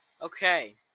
Okay